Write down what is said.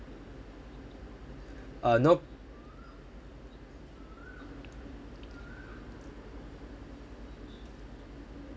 uh no